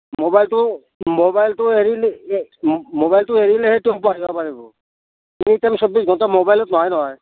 ম'বাইলটো ম'বাইলটো এৰিলে ম'বাইলটো এৰিলেহে তেওঁ পঢ়িব পাৰিব এনি টাইম চৌবিছ ঘণ্টা ম'বাইলত নহয় নহয়